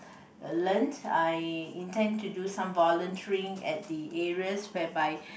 learnt I intend to do some volunteering at the areas whereby